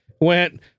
went